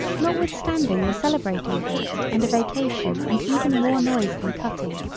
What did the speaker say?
notwithstanding the celebrating hat and a vacation and even more noise than cutting,